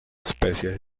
especies